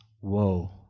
woe